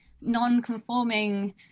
non-conforming